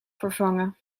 vervangen